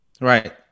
Right